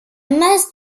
masse